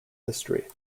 history